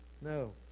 No